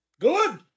Good